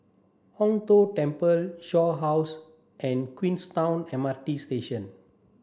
Hong Tho Temple Shaw House and Queenstown M R T Station